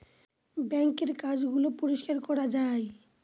বাঙ্কের কাজ গুলো পরিষ্কার করা যায়